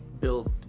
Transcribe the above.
build